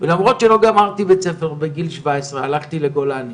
ולמרות שלא גמרתי בית ספר בגיל 17, הלכתי לגולני,